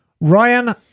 Ryan